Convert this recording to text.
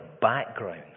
background